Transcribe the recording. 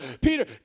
Peter